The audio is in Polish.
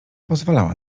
pozwalała